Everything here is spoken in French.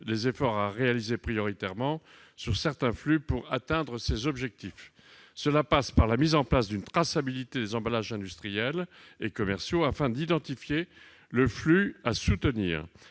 les efforts à réaliser prioritairement sur certains flux pour atteindre ces objectifs. Cela passe par la mise en place d'une traçabilité des emballages industriels et commerciaux afin d'identifier les flux à soutenir.